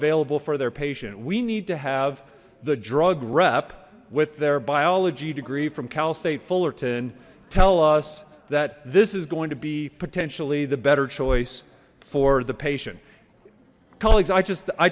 available for their patient we need to have the drug rep with their biology degree from cal state fullerton tell us that this is going to be potentially the better choice for the patient colleagues i just i